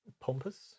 pompous